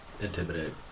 Intimidate